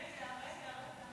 רגע, רגע.